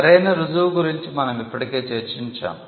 సరైన రుజువు గురించి మనం ఇప్పటికే చర్చించాము